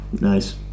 nice